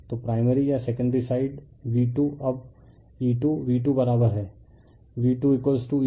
तो प्राइमरी या secondary side V2 अब E2V2 बराबर है V2E2